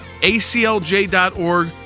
aclj.org